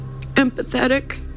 empathetic